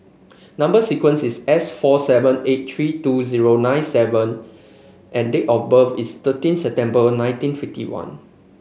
number sequence is S four seven eight three two zero nine seven and date of birth is thirteen September nineteen fifty one